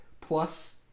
plus